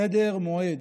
סדר מועד.